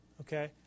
Okay